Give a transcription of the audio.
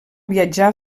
viatjar